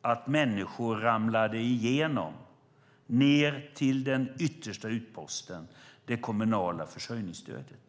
att människor ramlar igenom ned till den yttersta utposten, det kommunala försörjningsstödet.